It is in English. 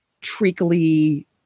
treacly